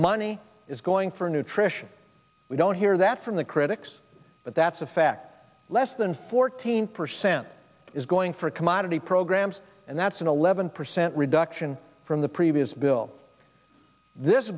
money is going for nutrition we don't hear that from the critics but that's a fact less than fourteen percent is going for commodity programs and that's an eleven percent reduction from the previous bill this